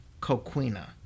Coquina